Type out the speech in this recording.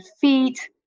feet